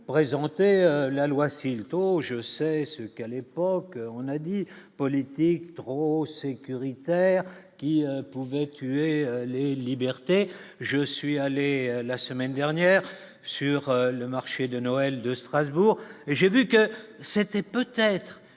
présenter la loi si tôt, je sais ce qu'à l'époque, on a dit politique trop sécuritaire qui pouvait tuer les libertés, je suis allé la semaine dernière sur le marché de Noël de Strasbourg et j'ai vu que c'était peut-être